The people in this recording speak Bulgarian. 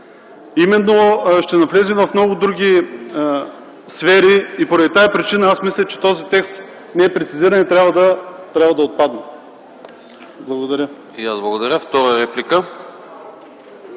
Именно ще навлезем в много други сфери и поради тази причина аз мисля, че този текст не е прецизиран и трябва да отпадне. Благодаря. ПРЕДСЕДАТЕЛ АНАСТАС